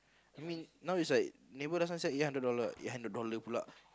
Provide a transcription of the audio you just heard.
you mean now it's like neighbour last time said eight hundred dollar right hundred dollar pula